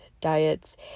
diets